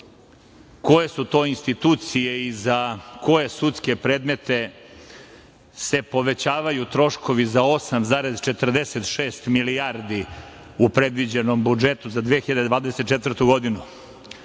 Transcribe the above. koje su to institucije i za koje sudske predmete se povećavaju troškovi za 8,46 milijardi u predviđenom budžetu za 2024. godinu? Takođe